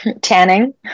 tanning